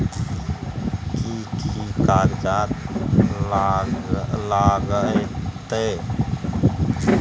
कि कि कागजात लागतै?